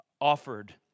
offered